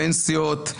פנסיות.